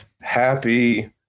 happy